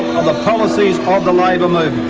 of the policies of the labor